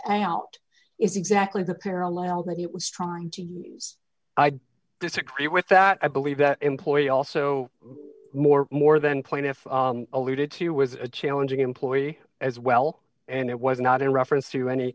out is exactly the parallel that he was trying to use i disagree with that i believe that employee also more more than plaintiff alluded to was a challenging employee as well and it was not in reference to any